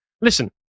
listen